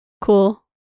cool